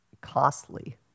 costly